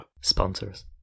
Sponsors